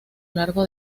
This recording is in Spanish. largo